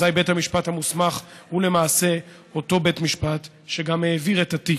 אזי בית המשפט המוסמך הוא למעשה אותו בית משפט שגם העביר את התיק.